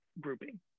grouping